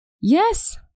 Yes